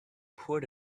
poured